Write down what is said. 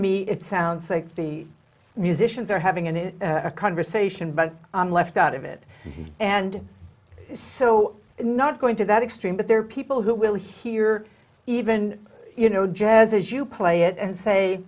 me it sounds like the musicians are having a conversation but i'm left out of it and so it's not going to that extreme but there are people who will hear even you know jazz as you play it and say